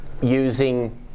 Using